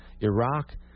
Iraq